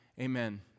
Amen